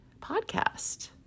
podcast